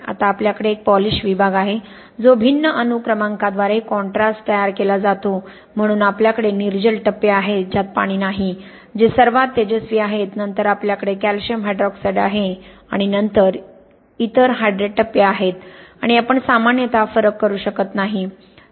आता आपल्याकडे एक पॉलिश विभाग आहे जो भिन्न अणु क्रमांकांद्वारे कॉन्ट्रास्ट तयार केला जातो म्हणून आपल्याकडे निर्जल टप्पे आहेत ज्यात पाणी नाही जे सर्वात तेजस्वी आहेत नंतर आपल्याकडे कॅल्शियम हायड्रॉक्साईड आहे आणि नंतर इतर हायड्रेट टप्पे आहेत आणि आपण सामान्यतः फरक करू शकत नाही